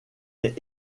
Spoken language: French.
est